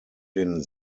den